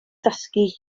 ddysgu